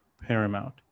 paramount